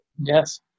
yes